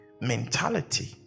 mentality